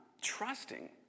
trusting